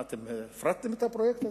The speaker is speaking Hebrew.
הפרטתם את הפרויקט הזה?